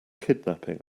kidnapping